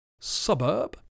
suburb